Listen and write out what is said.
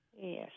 Yes